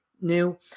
new